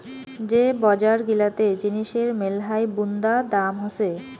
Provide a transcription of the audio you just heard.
যে বজার গিলাতে জিনিসের মেলহাই বুন্দা দাম হসে